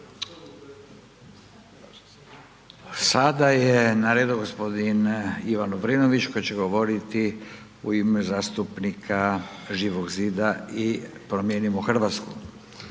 Sada je na redu g. Ivan Lovrinović koji će govoriti u ime zastupnika Živog zida i Promijenimo Hrvatsku.